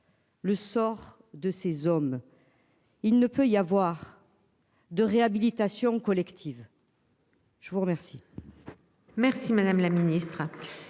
Le sort de ces hommes. Il ne peut y avoir. De réhabilitation collective. Je vous remercie.